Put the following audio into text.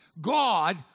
God